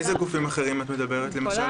על איזה גופים אחרים את מדברת, למשל?